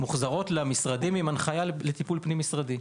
מוחזרים למשרדים עם הנחיה לטיפול פנים-משרדי.